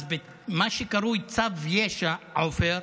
אז במה שקרוי צו יש"ע, עופר,